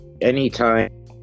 Anytime